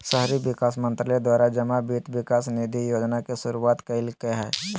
शहरी विकास मंत्रालय द्वारा जमा वित्त विकास निधि योजना के शुरुआत कल्कैय हइ